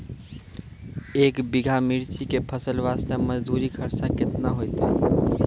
एक बीघा मिर्ची के फसल वास्ते मजदूरी खर्चा केतना होइते?